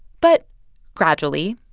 but gradually,